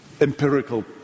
empirical